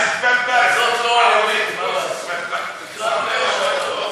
זאת לא האמת, מה לעשות.